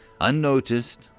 unnoticed